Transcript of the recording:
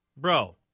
Bro